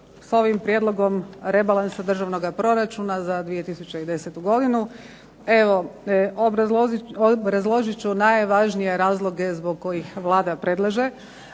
Sa ovim prijedlogom rebalansa Državnoga proračuna za 2010. godinu, evo obrazložit ću najvažnije razloge zbog kojih Vlada predlaže